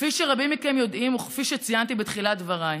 כפי שרבים מכם יודעים, וכפי שציינתי בתחילת דבריי,